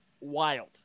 wild